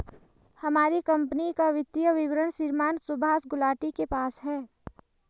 हमारी कम्पनी का वित्तीय विवरण श्रीमान सुभाष गुलाटी के पास है